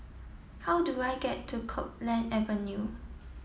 how do I get to Copeland Avenue